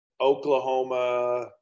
Oklahoma